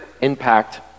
impact